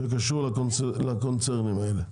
שקשור לקונצרנים האלה.